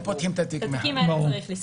את התיקים האלה צריך לספור.